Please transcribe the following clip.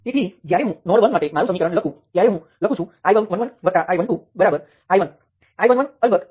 તેથી આપણે તેને ડાબી બાજુએ લઈ જઈએ અને V1 વત્તા V2 ગુણ્યા 1 G23 Rm વત્તા V3 ગુણ્યા G23Rm બરાબર 0 લખીએ